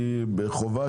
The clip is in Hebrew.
בוקר טוב.